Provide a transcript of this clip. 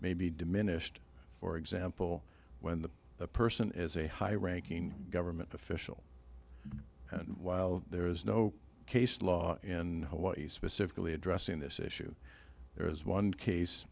may be diminished for example when the person is a high ranking government official and while there is no case law in hawaii specifically addressing this issue there is one case